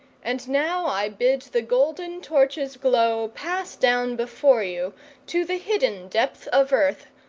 and now i bid the golden torches' glow pass down before you to the hidden depth of earth,